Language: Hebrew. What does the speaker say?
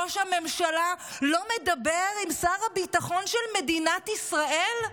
ראש הממשלה לא מדבר עם שר הביטחון של מדינת ישראל?